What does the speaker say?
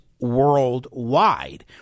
worldwide